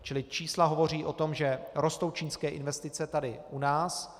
Čili čísla hovoří o tom, že rostou čínské investice tady u nás.